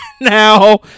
Now